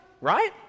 right